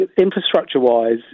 infrastructure-wise